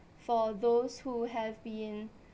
for those who have been